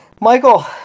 Michael